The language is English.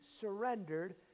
surrendered